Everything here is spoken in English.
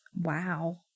Wow